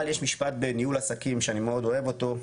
אבל יש משפט בניהול עסקים שאני מאוד אוהב אותו,